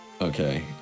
Okay